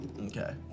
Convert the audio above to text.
Okay